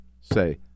say